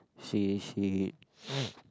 she she